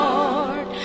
Lord